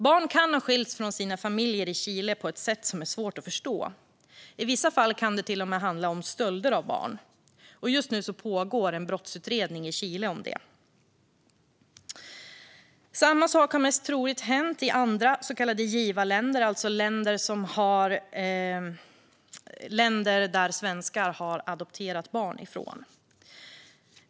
Barn kan ha skilts från sina familjer i Chile på sätt som det är svårt att förstå. I vissa fall kan det till och med handla om stölder av barn. Just nu pågår en brottsutredning om det i Chile. Samma sak har mest troligt hänt i andra så kallade givarländer, alltså länder varifrån svenskar har adopterat barn.